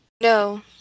No